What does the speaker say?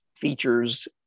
features